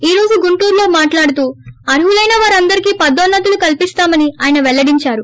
ఈ రోజు గుంటూరులో మాట్లాడుతూ అర్థులైన వారందరికీ పదోన్నతులు కల్సిస్తామని ఆయన పెల్లడించారు